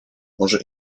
może